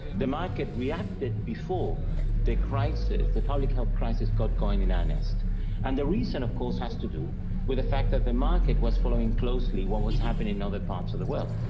the market reacted before the crisis, the public health crisis got going in earnest and the reason of course has to do with the fact that the market was following closely what was happening in other parts of the world.